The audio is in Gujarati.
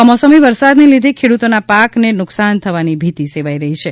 કમોસમી વરસાદને લીધે ખેડૂતોના પાકને નુકસાન થવાની ભીતિ સેવાઈ રહી છે